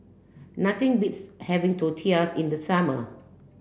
nothing beats having Tortillas in the summer